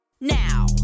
now